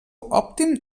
òptim